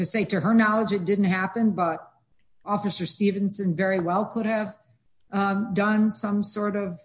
to say to her knowledge it didn't happen but officer stevenson very well could have done some sort of